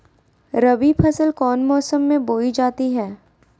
रबी फसल कौन मौसम में बोई जाती है?